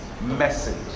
message